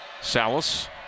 Salas